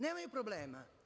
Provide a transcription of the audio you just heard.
Nemaju problema.